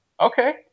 Okay